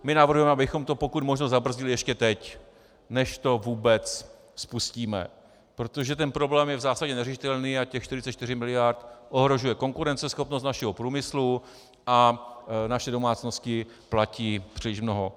My navrhujeme, abychom to pokud možno zabrzdili ještě teď, než to vůbec spustíme, protože ten problém je v zásadě neřešitelný a těch 44 miliard ohrožuje konkurenceschopnost našeho průmyslu a naše domácnosti platí příliš mnoho.